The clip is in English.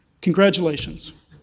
congratulations